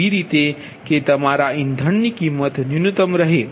એવી રીતે કે તમારી ઇંધણની કિંમત ન્યૂનતમ રહે